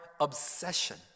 obsession